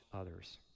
others